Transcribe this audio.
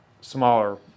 smaller